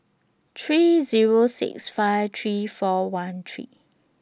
three Zero six five three four one three